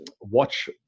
watch